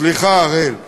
סליחה, אראל.